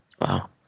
Wow